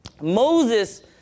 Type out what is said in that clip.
Moses